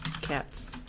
Cats